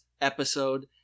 episode